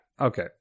Okay